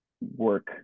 work